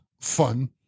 fun